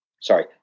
sorry